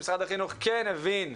שמשרד החינוך כן הבין,